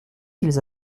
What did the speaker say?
qu’ils